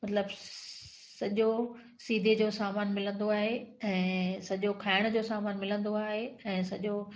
मतिलब सॼो सीदे जो सामानु मिलंदो आहे ऐं सॼो खाइण जो सामानु मिलंदो आहे ऐं सॼो